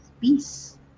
peace